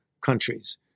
countries